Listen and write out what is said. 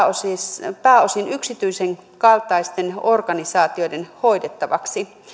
on annettu pääosin yksityisen kaltaisten organisaatioiden hoidettavaksi